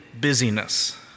busyness